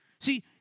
See